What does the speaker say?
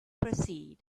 proceed